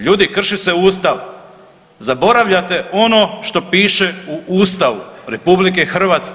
Ljudi krši se Ustav, zaboravljate ono što piše u Ustavu RH.